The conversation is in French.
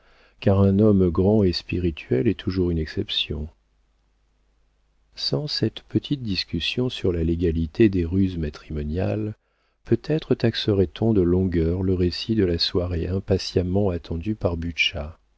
car un homme grand et spirituel est toujours une exception sans cette petite discussion sur la légalité des ruses matrimoniales peut-être taxerait on de longueur le récit de la soirée impatiemment attendue par